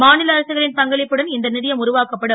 மா ல அரசுகளின் பங்களிப்புடன் இந்த யம் உருவாக்கப்படும்